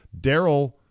Daryl